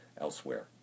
elsewhere